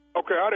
okay